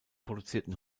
produzierten